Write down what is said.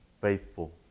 faithful